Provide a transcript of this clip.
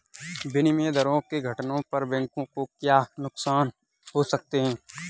विनिमय दरों के घटने पर बैंकों को क्या नुकसान हो सकते हैं?